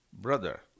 brother